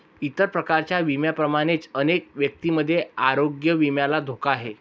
इतर प्रकारच्या विम्यांप्रमाणेच अनेक व्यक्तींमध्ये आरोग्य विम्याला धोका आहे